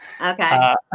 Okay